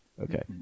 Okay